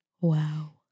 Wow